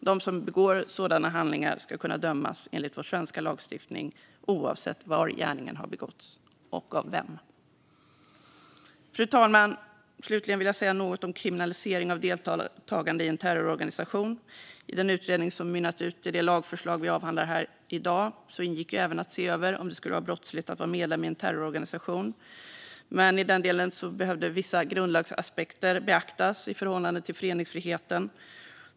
De som begår sådana handlingar ska kunna dömas enligt vår svenska lagstiftning oavsett var gärningen har begåtts och av vem. Fru talman! Slutligen vill jag säga något om kriminalisering av deltagande i en terrororganisation. I den utredning som mynnat ut i det lagförslag vi avhandlar här i dag ingick ju även att se över om det skulle vara brottsligt att vara medlem i en terrororganisation. I den delen behövde dock vissa grundlagsaspekter beaktas i förhållande till föreningsfriheten.